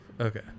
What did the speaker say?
Okay